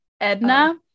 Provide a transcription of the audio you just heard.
Edna